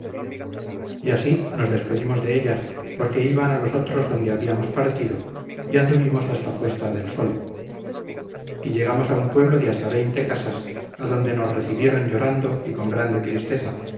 y así nos despedimos de ellas porque iban a los otros donde habíamos partido y anduvimos hasta puesta de sol y llegamos a un pueblo de hasta veinte casas adonde nos recibieron llorando y con grande tristeza